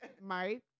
Mike